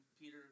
Peter